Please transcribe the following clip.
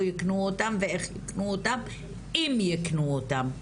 ייקנו אותם ואיך יקנו אותם ואם ייקנו אותם,